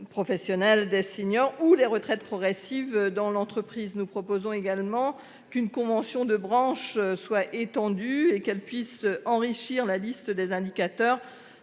Professionnelle des seniors ou les retraites progressives dans l'entreprise. Nous proposons également qu'une convention de branche soit étendu et qu'elle puisse enrichir la liste des indicateurs.